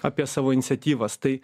apie savo iniciatyvas tai